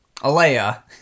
Alea